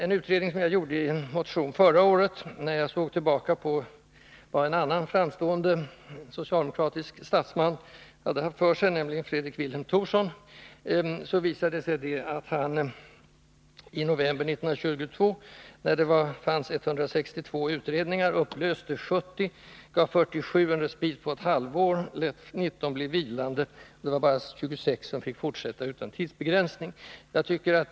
En utredning som jag gjorde i en motion förra året, där jag såg tillbaka på vad en annan framstående socialdemokratisk statsman, Fredrik Vilhelm Thorsson, hade haft för sig, visade att han i november 1922, då det fanns 162 utredningar, upplöste 70, gav 47 en respit på ett halvår och lät 19 bli vilande. Bara 26 fick fortsätta utan tidsbegränsning.